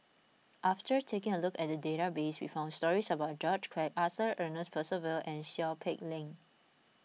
after taking a look at the database we found stories about George Quek Arthur Ernest Percival and Seow Peck Leng